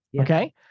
Okay